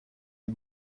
les